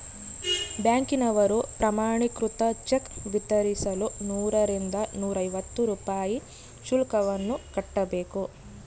ಬ್ಯಾಂಕಿನವರು ಪ್ರಮಾಣೀಕೃತ ಚೆಕ್ ವಿತರಿಸಲು ನೂರರಿಂದ ನೂರೈವತ್ತು ರೂಪಾಯಿ ಶುಲ್ಕವನ್ನು ಕಟ್ಟಬೇಕು